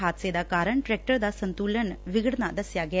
ਹਾਦਸੇ ਦਾ ਕਾਰਨ ਟਰੈਕਟਰ ਦਾ ਸੰਝੂਲਨ ਵਿਗੜਨਾ ਦਸਿਆ ਗਿਆ